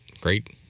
great